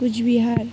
Cooch Behar